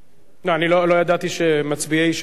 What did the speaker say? אני לא ידעתי שמצביעי ש"ס ברובם,